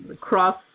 cross